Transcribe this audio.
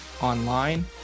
online